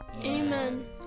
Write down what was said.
Amen